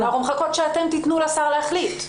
אנחנו מחכים שאתם תיתנו לשר להחליט.